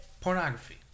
pornography